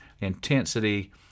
intensity